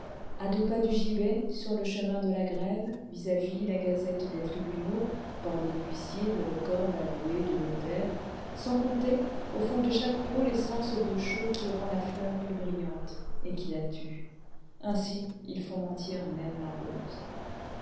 à deux pas du gibet sur le chemin de la grève vis-à-vis la gazette des tribunaux bordé d'huissiers de recors d'avoués de notaires sans compter au fond de chaque pot l'essence de chaux qui rend la fleur plus brillante et qui la tue ainsi ils font mentir même la rose